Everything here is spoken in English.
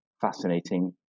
fascinating